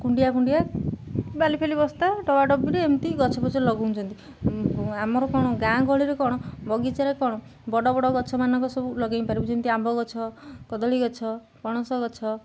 କୁଣ୍ଡିଆ କୁଣ୍ଡିଆ ବାଲି ଫାଲି ବସ୍ତା ଡବା ଡବିରେ ଏମିତି ଗଛଫଛ ଲଗଉଛନ୍ତି ଆମର କ'ଣ ଗାଁ ଗହଳିରେ କ'ଣ ବଗିଚାରେ କ'ଣ ବଡ଼ ବଡ଼ ଗଛମାନଙ୍କ ସବୁ ଲଗେଇ ପାରିବୁ ଯେମିତି ଆମ୍ବ ଗଛ କଦଳୀ ଗଛ ପଣସ ଗଛ